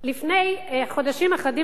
לפני חודשים אחדים,